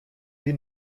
sie